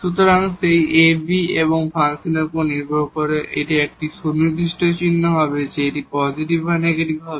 সুতরাং সেই ab এবং ফাংশনের উপর নির্ভর করে কিন্তু এটি একটি সুনির্দিষ্ট চিহ্ন হবে যে এটি পজিটিভ বা নেগেটিভ হবে